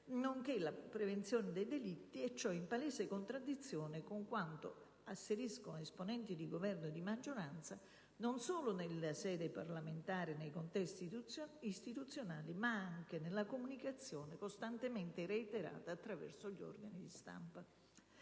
nonché la prevenzione dei delitti, in palese contraddizione con quanto asserito da esponenti di Governo e maggioranza non solo in sede parlamentare e in contesti istituzionali, ma anche nella comunicazione costantemente reiterata attraverso gli organi di stampa.